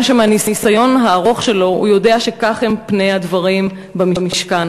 שמהניסיון הארוך שלו הוא יודע שכך הם פני הדברים במשכן.